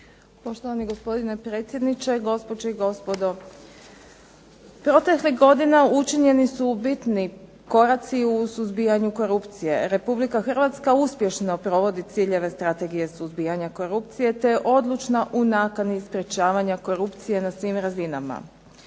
Poštovani gospodine predsjedniče, gospođe i gospodo. Proteklih godina učinjeni su bitni koraci u suzbijanju korupcije. Republika Hrvatska uspješno provodi ciljeve Strategije suzbijanja korupcije, te je odlučna u nakani sprečavanja korupcije na svim razinama.